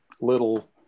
little